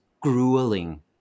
grueling